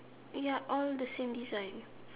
ya all the same design